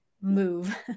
move